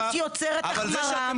אבל העמימות יוצרת החמרה,